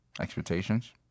Expectations